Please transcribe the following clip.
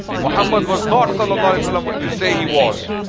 muhammad was not so ah like so um what you say he was.